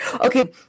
okay